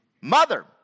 Mother